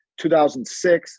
2006